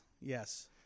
yes